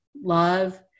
love